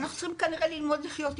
אנחנו צריכים כנראה ללמוד לחיות איתו.